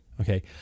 okay